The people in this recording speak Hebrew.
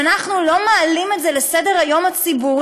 אם אנחנו לא מעלים את זה על סדר-היום הציבורי,